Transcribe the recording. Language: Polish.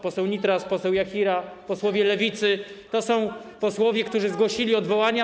Poseł Nitras, poseł Jachira, posłowie Lewicy - to są posłowie, którzy zgłosili odwołania.